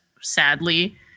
sadly